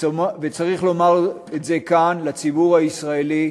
וצריך לומר את זה כאן לציבור הישראלי,